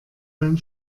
beim